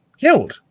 killed